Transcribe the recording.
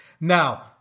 Now